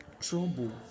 trouble